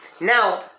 Now